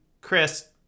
Chris